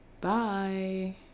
Bye